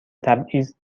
تبعیض